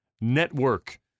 Network